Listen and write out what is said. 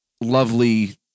Lovely